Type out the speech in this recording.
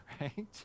right